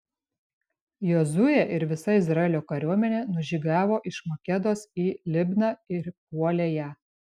jozuė ir visa izraelio kariuomenė nužygiavo iš makedos į libną ir puolė ją